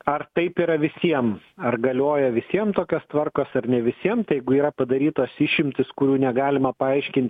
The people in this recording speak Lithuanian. ar taip yra visiem ar galioja visiem tokios tvarkos ar ne visiem tai jeigu yra padarytos išimtys kurių negalima paaiškint